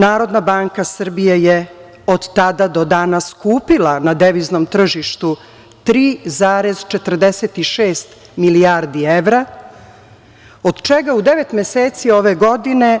Narodna banka Srbije je od tada do danas kupila na deviznom tržištu 3,46 milijardi evra, od čega u devet meseci ove godine